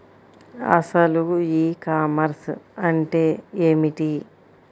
అసలు ఈ కామర్స్ అంటే ఏమిటి?